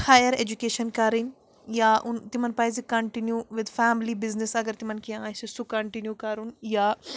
higher education کَرٕنۍ یا اُن تِمَن پَزِ کَنٹِنیوٗ وِد فیملی بِزنِس اگر تِمَن کیٚنٛہہ آسہِ سُہ کَنٹِنیوٗ کَرُن یا